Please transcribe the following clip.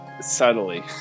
subtly